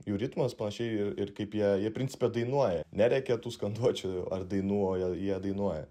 jų ritmas panašiai ir kaip jie jie principe dainuoja nerėkia tų skanduočių ar dainuoja jie dainuoja